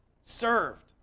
served